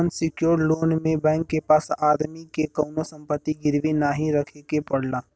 unsecured loan में bank के पास आदमी के कउनो संपत्ति गिरवी नाहीं रखे के पड़ला